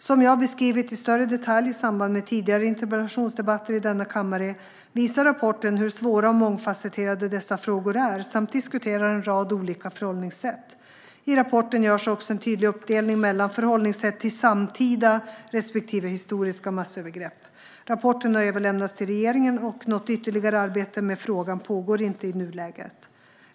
Som jag har beskrivit i större detalj i samband med tidigare interpellationsdebatter i denna kammare visar rapporten hur svåra och mångfasetterade dessa frågor är. I rapporten diskuteras också en rad olika förhållningssätt. I rapporten görs också en tydlig uppdelning mellan förhållningssätt till samtida respektive historiska massövergrepp. Rapporten har överlämnats till regeringen, och något ytterligare arbete med frågan pågår inte i nuläget.